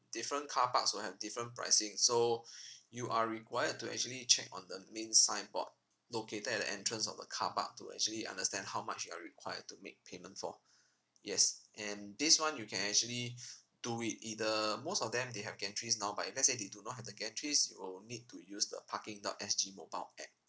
different car parks will have different pricing so you are required to actually check on the main signboard located at the entrance of the car park to actually understand how much you're required to make payment for yes and this one you can actually do it either most of them they have gantries now but if let's say they do not have the gantries you'll need to use the parking dot S G mobile app